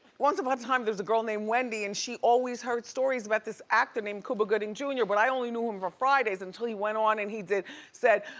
once upon a time, there's a girl named wendy and she always head stories about this actor named cuba gooding jr. but i only knew him from fridays until he went on and he said,